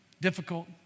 difficult